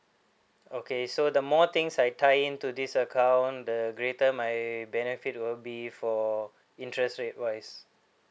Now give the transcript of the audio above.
okay so the more things I tie in to this account the greater my benefit will be for interest rate wise